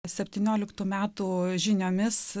septynioliktų metų žiniomis